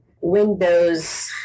Windows